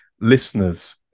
listeners